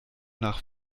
nach